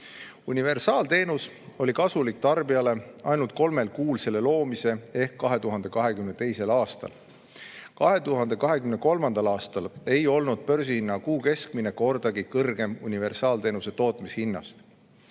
Universaalteenus oli tarbijale kasulik ainult kolmel kuul selle loomise ehk 2022. aastal. 2023. aastal ei olnud börsihinna kuu keskmine kordagi kõrgem universaalteenuse tootmishinnast.